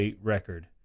record